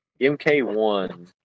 mk1